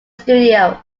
studio